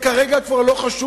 כרגע זה כבר לא חשוב,